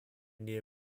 near